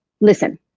listen